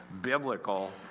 biblical